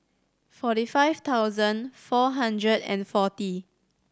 forty five thousand four hundred and forty